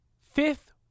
fifth